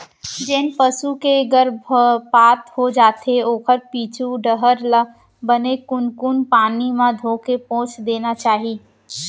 जेन पसू के गरभपात हो जाथे ओखर पीछू डहर ल बने कुनकुन पानी म धोके पोंछ देना चाही